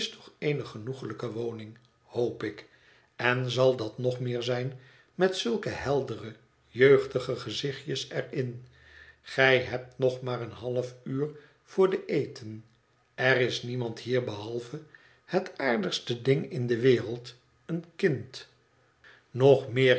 toch eene genoeglijke woning hoop ik en zal dat nog meer zijn met zulke heldere jeugdige gezichtjes er in gij hebt nog maar een half uur voor den eten er is niemand hier behalve het aardigste ding in de wereld een kind nog meer